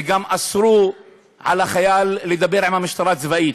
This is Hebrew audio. וגם אסרו על החייל לדבר עם המשטרה הצבאית.